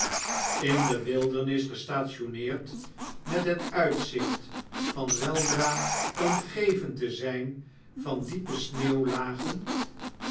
in de wildernis gestationeerd met het uitzicbt van weldra omgeven te zyn van diepe